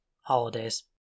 holidays